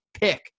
pick